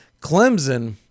Clemson